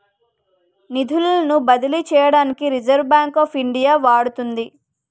నిధులను బదిలీ చేయడానికి రిజర్వ్ బ్యాంక్ ఆఫ్ ఇండియా వాడుతుంది